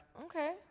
Okay